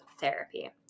therapy